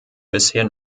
bisher